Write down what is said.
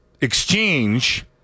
exchange